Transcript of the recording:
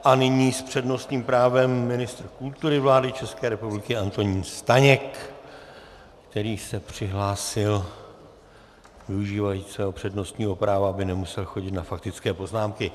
A nyní s přednostním právem ministr kultury vlády České republiky Antonín Staněk, který se přihlásil využívaje svého přednostního práva, aby nemusel chodit na faktické poznámky.